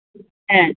হ্যাঁ